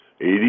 Eighty